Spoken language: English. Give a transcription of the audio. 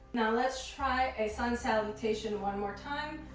now let's try a sun salutation one more time,